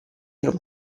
non